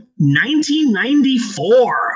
1994